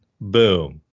boom